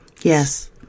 yes